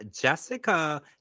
Jessica